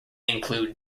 include